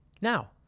Now